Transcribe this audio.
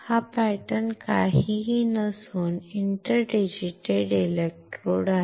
हा पॅटर्न काहीही नसून इंटरडिजिटेटेड इलेक्ट्रोड आहे